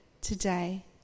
today